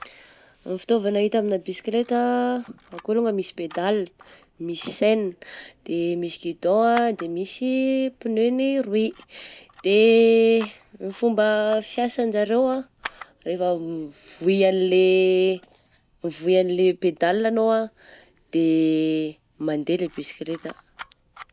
Ny fitaovagna hita amigna bisikileta, akoa longany misy pedales, misy chaine, de misy gidon ah, de misy pneu gny roy, de ny fomba fiasanjareo ah rehefa mivohy anle mivohy anle pedales anao ah de mandeha le bisikiketa.